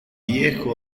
viejo